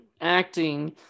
acting